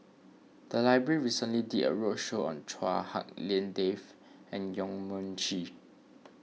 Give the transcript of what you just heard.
the library recently did a roadshow on Chua Hak Lien Dave and Yong Mun Chee